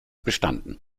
bestanden